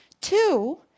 Two